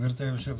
גברתי היושבת-ראש.